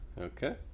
Okay